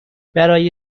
برای